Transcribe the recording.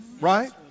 Right